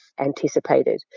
anticipated